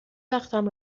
وقتم